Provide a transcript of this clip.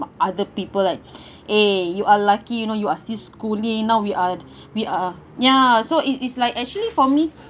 other people like eh you are lucky you know you are still schooling now we are we are ya so it is like actually for me